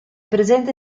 presente